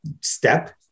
step